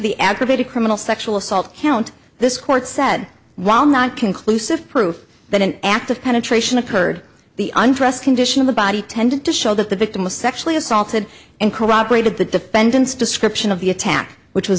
the aggravated criminal sexual assault count this court said while not conclusive proof that an act of penetration occurred the undressed condition of the body tended to show that the victim was sexually assaulted and corroborated the defendant's description of the attack which was